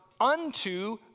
unto